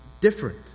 different